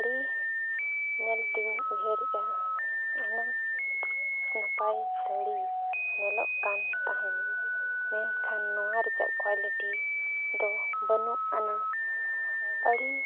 ᱥᱟᱹᱲᱤ ᱧᱮᱞᱛᱤᱧ ᱩᱭᱦᱟᱹᱨᱮᱜᱼᱟ ᱩᱱᱟᱹᱜ ᱱᱟᱯᱟᱭ ᱥᱟᱹᱲᱤ ᱧᱮᱞᱚᱜ ᱠᱟᱱ ᱛᱟᱦᱮᱸᱫ ᱢᱮᱱᱠᱷᱟᱱ ᱱᱚᱣᱟ ᱨᱮᱭᱟᱜ ᱠᱚᱣᱟᱞᱤᱴᱤ ᱫᱚ ᱵᱟᱹᱱᱩᱜ ᱟᱱᱟ ᱟᱹᱰᱤ